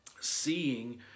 seeing